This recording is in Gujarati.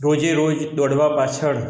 રોજે રોજ દોડવા પાછળ